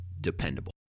dependable